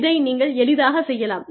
இதை நீங்கள் எளிதாக செய்யலாம்